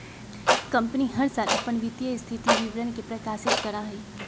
company हर साल अपन वित्तीय स्थिति विवरण के प्रकाशित करा हई